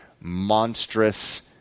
monstrous